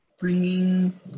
bringing